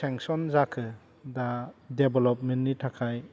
sanction जाखो दा डेभ्लपमेन्टनि थाखाय